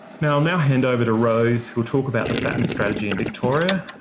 now now hand over to rose, who'll talk about the fapmi strategy in victoria,